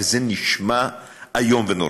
וזה נשמע איום ונורא,